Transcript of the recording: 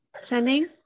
sending